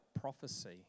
prophecy